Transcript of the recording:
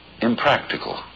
impractical